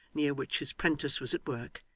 near which his prentice was at work,